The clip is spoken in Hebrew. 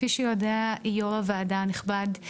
כפי שיודע יו"ר הוועדה הנכבד,